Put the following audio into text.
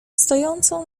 stojącą